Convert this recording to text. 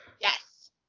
yes